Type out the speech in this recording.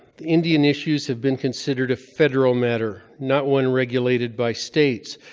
the indian issues have been considered a federal matter, not one regulated by states.